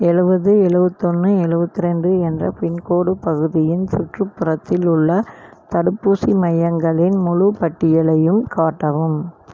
எழுபது எழுபத்தொன்னு எழுபத்தி ரெண்டு என்ற பின்கோடு பகுதியின் சுற்றுப்புறத்தில் உள்ள தடுப்பூசி மையங்களின் முழு பட்டியலையும் காட்டவும்